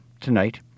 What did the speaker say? Tonight